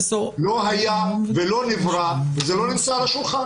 לא היה ולא נברא וזה לא נמצא על השולחן.